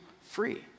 free